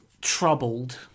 troubled